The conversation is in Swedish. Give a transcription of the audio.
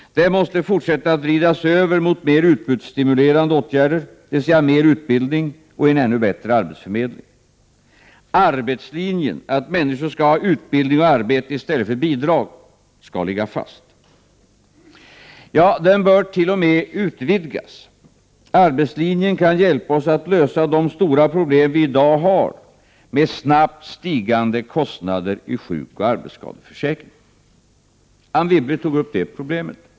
Den måste fortsätta att vridas över mot mer utbudsstimulerande åtgärder, dvs. mer utbildning och en ännu bättre arbetsförmedling. Arbetslinjen — att människor skall ha utbildning och arbete i stället för bidrag — skall ligga fast. Ja, den bör t.o.m. utvidgas. Arbetslinjen kan hjälpa oss att lösa de stora problem vi i dag har med snabbt stigande kostnader i sjukoch arbetsskadeförsäkringen. Anne Wibble tog upp problemet.